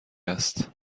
است